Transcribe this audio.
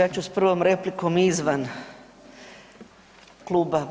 Ja ću s prvom replikom izvan kluba.